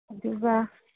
ꯑꯗꯨꯒ